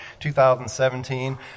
2017